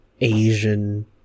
Asian